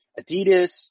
Adidas